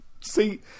See